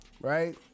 Right